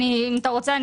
אני אם אתה רוצה,